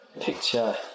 picture